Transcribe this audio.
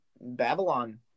Babylon